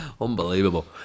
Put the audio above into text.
Unbelievable